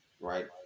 right